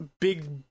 big